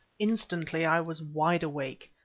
instantly i was wide awake,